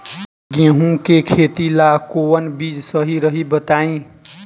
गेहूं के खेती ला कोवन बीज सही रही बताई?